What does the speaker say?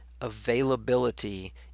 availability